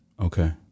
okay